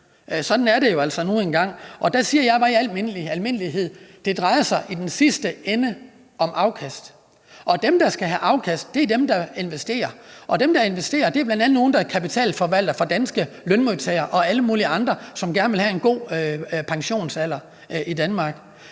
Sådan er det jo altså nu engang. Og jeg siger bare i al stilfærdighed, at det i den sidste ende drejer sig om afkast. Dem, der skal have afkast, er dem, der investerer, og dem, der investerer, er bl.a. nogle, der er kapitalforvaltere for danske lønmodtagere og alle mulige andre, som gerne vil have en god pension i Danmark.